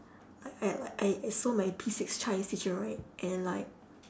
I I like I I saw my P six chinese teacher right and like